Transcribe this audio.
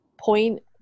point